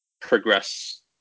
progress